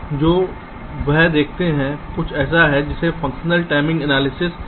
तो बस आप देखते हैं कुछ ऐसा है जिसे फंक्शनल टाइमिंग एनालिसिस कहा जाता है